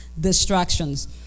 distractions